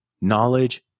Knowledge